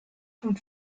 vom